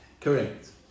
Correct